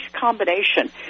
combination